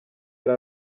yari